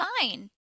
fine